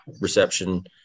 reception